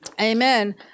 Amen